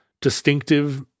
distinctive